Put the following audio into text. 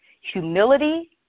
humility